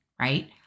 right